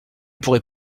pourrez